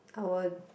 I want